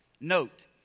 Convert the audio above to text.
Note